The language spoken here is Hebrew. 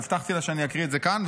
והבטחתי לה שאני אקריא את זה כאן,